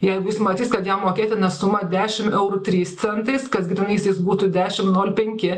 jeigu jis matys kad jam mokėtina suma dešim eurų trys centais kas grynaisiais būtų dešim nol penki